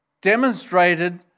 demonstrated